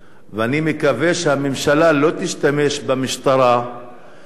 אני מקווה שהממשלה לא תשתמש במשטרה כדי